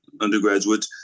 undergraduate